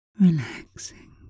Relaxing